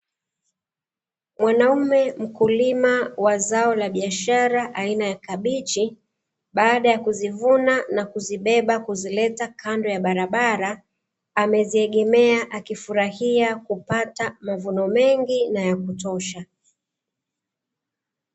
Mwanaume mkulima wa zao la biashara aina ya kabichi, baada ya kuzivuna na kuzibeba kuzileta kando ya barabara, ameziegemea akifurahia kupata mavuno mengi na ya kutosha.